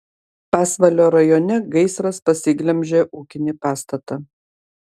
pasvalio rajone gaisras pasiglemžė ūkinį pastatą